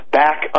back